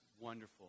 wonderful